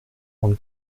von